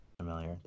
familiar